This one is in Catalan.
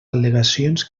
al·legacions